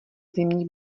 zimní